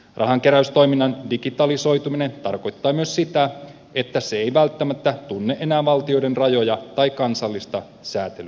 rahankeräystoiminnan digitalisoituminen tarkoittaa myös sitä että se ei välttämättä tunne enää valtioiden rajoja tai kansallista säätelyä